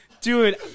Dude